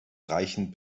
reichen